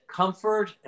comfort